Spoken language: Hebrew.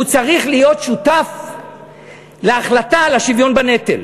הוא צריך להיות שותף להחלטה על השוויון בנטל.